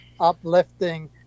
uplifting